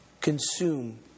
consume